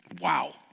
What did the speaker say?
Wow